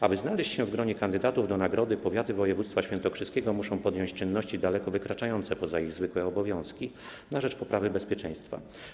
Aby znaleźć się w gronie kandydatów do nagrody, powiaty województwa świętokrzyskiego muszą podjąć czynności daleko wykraczające poza ich zwykłe obowiązki na rzecz poprawy bezpieczeństwa.